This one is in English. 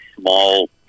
small